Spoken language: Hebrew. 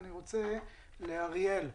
אריאל,